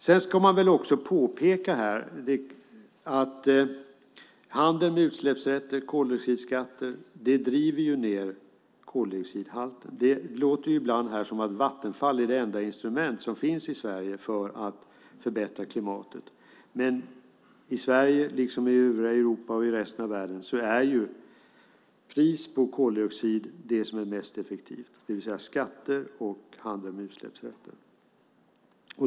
Sedan ska man väl påpeka att handeln med utsläppsrätter och koldioxidskatter driver ned koldioxidhalten. Det låter ibland som att Vattenfall är det enda instrument som finns i Sverige för att förbättra klimatet. I Sverige liksom i övriga Europa och i resten av världen är priset på koldioxid det som är mest effektivt, det vill säga skatter och handel med utsläppsrätter.